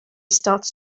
starts